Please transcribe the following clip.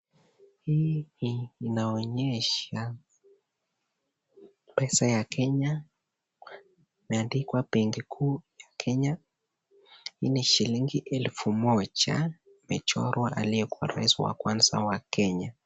Hii inaonyesha pesa ya kenya imeandikwa benki kuu ya kenya, hii ni shillingi elfu moja imechorwa aliyekuwa rais wa kwanza wa kenya.